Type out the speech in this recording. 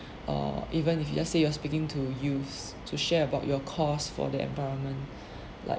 or even if you just say you are speaking to youths to share about your course for the environment like